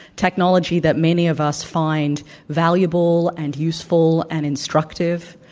technology that many of us find valuable and us eful and instructive,